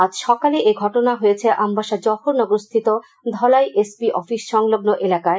আজ সকালে এই ঘটনাটি হয়েছে আমবাসা জহরনগরস্থিত ধলাই এসপি অফিস সংলগ্ন এলাকায়